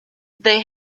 they